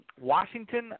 Washington